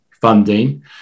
funding